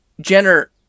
Jenner